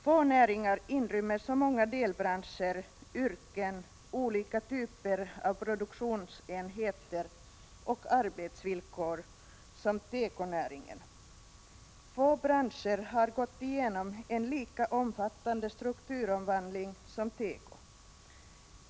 Få näringar inrymmer så många delbranscher, yrken, olika typer av produktionsenheter och arbetsvillkor som tekonäringen. Få branscher har gått igenom en lika omfattande strukturomvandling som teko.